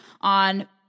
on